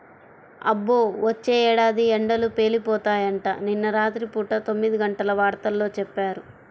అబ్బో, వచ్చే ఏడాది ఎండలు పేలిపోతాయంట, నిన్న రాత్రి పూట తొమ్మిదిగంటల వార్తల్లో చెప్పారు